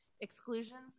exclusions